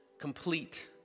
complete